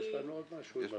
יש לנו עוד משהו.